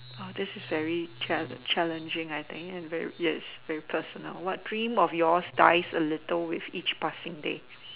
oh this is very challenge challenging I think it is very yes very personal what dream of yours dies a little with each passing day